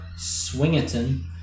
Swingerton